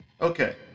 Okay